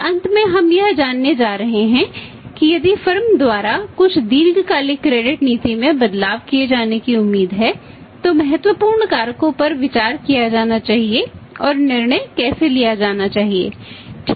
और अंत में हम यह जानने जा रहे हैं कि यदि फर्म नीति में बदलाव किए जाने की उम्मीद है तो महत्वपूर्ण कारकों पर विचार किया जाना चाहिए और निर्णय कैसे लिया जाना चाहिए ठीक है